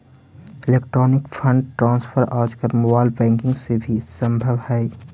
electronic fund transfer आजकल mobile banking से भी संभव हइ